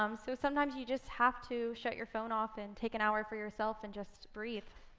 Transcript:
um so sometimes you just have to shut your phone off and take an hour for yourself and just breathe.